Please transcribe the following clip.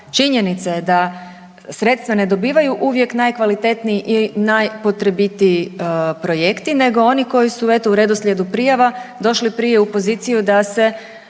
Činjenica je da sredstva ne dobivaju uvijek najkvalitetniji i najpotrebitiji projekti nego oni koji su eto u redoslijedu prijava došli prije u poziciju da se